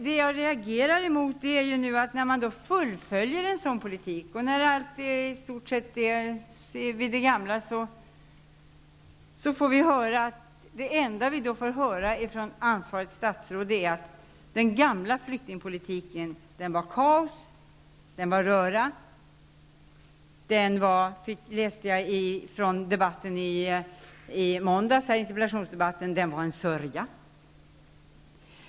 Det jag reagerar mot, när man nu fullföljer vår politik och allt i stort sett blir vid det gamla, är att det enda vi får höra från ansvarigt statsråd är att den gamla flyktingpolitiken var kaos, en röra. Jag läste i protokollet från interpellationsdebatten i måndags att den var en sörja.